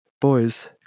boys